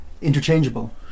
interchangeable